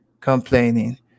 complaining